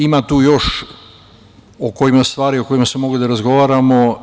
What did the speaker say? Ima tu još stvari o kojima smo mogli da razgovaramo.